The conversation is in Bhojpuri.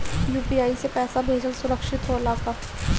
यू.पी.आई से पैसा भेजल सुरक्षित होला का?